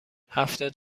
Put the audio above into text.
هفتاد